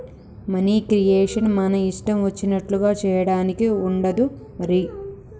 money creation మన ఇష్టం వచ్చినట్లుగా చేయడానికి ఉండదు మరి